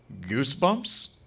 goosebumps